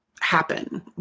happen